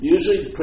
Usually